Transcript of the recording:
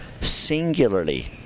singularly